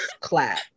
clap